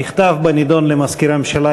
המכתב בנדון למזכיר הממשלה,